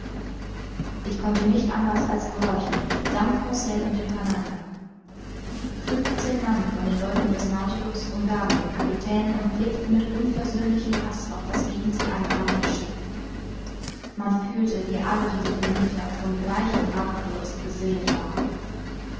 ich konnte nicht anders als gehorchen sammt conseil und dem canadier fünfzehn mann von den leuten des nautilus umgaben den kapitän und blickten mit unversöhnlichem haß auf das gegen sie anfahrende schiff man fühlte wie alle diese gemüther von gleichem rachedurst beseelt waren